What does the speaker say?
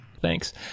Thanks